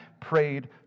prayed